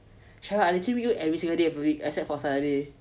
cheryl I legit meet you every single day of the week except for saturday